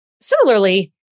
Similarly